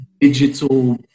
digital